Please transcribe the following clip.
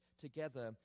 together